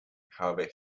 however